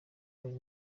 uyu